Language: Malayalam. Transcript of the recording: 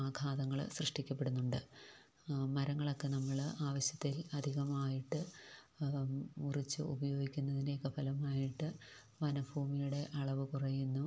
ആഘാതങ്ങൾ സൃഷ്ടിക്കപ്പെടുന്നുണ്ട് മരങ്ങളൊക്ക നമ്മൾ ആവശ്യത്തിൽ അധികമായിട്ട് മുറിച്ച് ഉപയോഗിക്കുന്നതിൻ്റെയൊക്കെ ഫലമായിട്ട് വനഭൂമിയുടെ അളവ് കുറയുന്നു